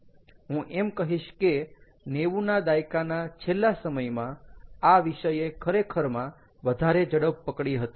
હું એમ કહીશ કે 90s ના દાયકાના છેલ્લા સમયમાં આ વિષયે ખરેખર માં વધારે ઝડપ પકડી હતી